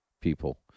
people